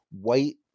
white